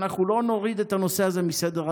אנחנו לא נוריד את הנושא הזה מסדר-היום.